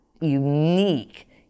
unique